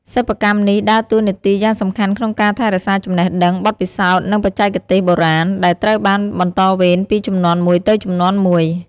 សិប្បកម្មនេះដើរតួនាទីយ៉ាងសំខាន់ក្នុងការថែរក្សាចំណេះដឹង បទពិសោធន៍ និងបច្ចេកទេសបុរាណ ដែលត្រូវបានបន្តវេនពីជំនាន់មួយទៅជំនាន់មួយ។